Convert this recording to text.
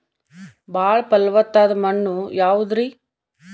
ಬಾಳ ಫಲವತ್ತಾದ ಮಣ್ಣು ಯಾವುದರಿ?